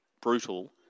brutal